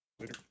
Later